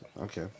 Okay